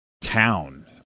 town